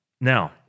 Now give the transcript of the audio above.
Now